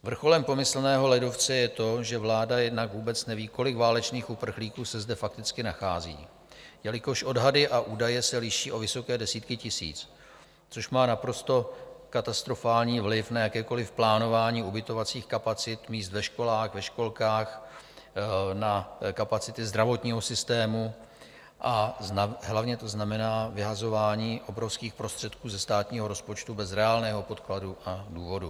Vrcholem pomyslného ledovce je to, že vláda jednak vůbec neví, kolik válečných uprchlíků se zde fakticky nachází, jelikož odhady a údaje se liší o vysoké desítky tisíc, což má naprosto katastrofální vliv na jakékoliv plánování ubytovacích kapacit, míst ve školách, ve školkách, na kapacity zdravotního systému a hlavně to znamená vyhazování obrovských prostředků ze státního rozpočtu bez reálného podkladu a důvodů.